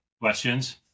questions